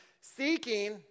seeking